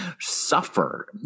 suffer